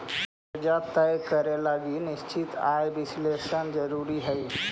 कर्जा तय करे लगी निश्चित आय विश्लेषण जरुरी हई